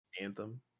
Anthem